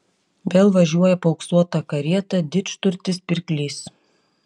vėl važiuoja paauksuota karieta didžturtis pirklys